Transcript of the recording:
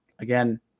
again